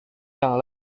yang